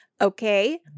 Okay